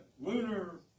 lunar